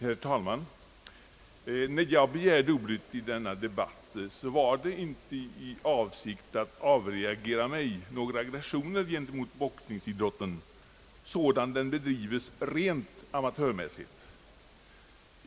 Herr talman! När jag begärde ordet i denna debatt var det inte för att avreagera mig några aggressioner gentemot boxningsidrotten sådan den bedrivs rent amatörmässigt.